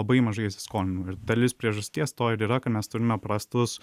labai mažai įsiskolinimų dalis priežasties to ir yra kad mes turime prastus